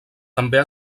també